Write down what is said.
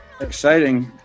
Exciting